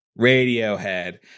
Radiohead